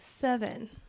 Seven